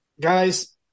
guys